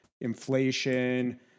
inflation